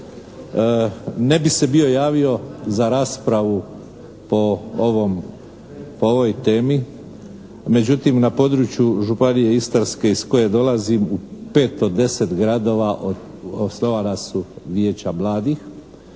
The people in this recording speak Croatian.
Ne bih se bio javio za raspravu po ovoj temi, međutim na području Županije Istarske u pet od deset gradova osnovana su vijeća mladih